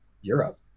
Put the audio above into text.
Europe